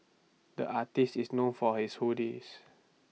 the artist is known for his